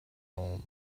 own